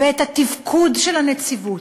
ואת התפקוד של הנציבות,